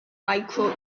micro